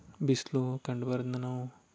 ಬಿಸಿಲು ಕಂಡು ಬರೋದ್ನ ನಾವು